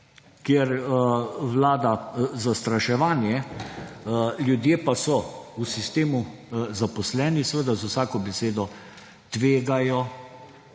kjer vlada zastraševanje, ljudje pa so v sistemu zaposleni, seveda z vsako besedo tvegajo